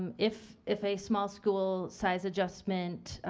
um if if a small school size adjustment